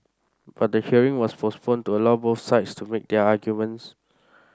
but the hearing was postponed to allow both sides to make their arguments